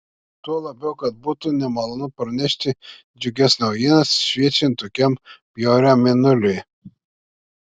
tuo labiau kad būtų nemalonu pranešti džiugias naujienas šviečiant tokiam bjauriam mėnuliui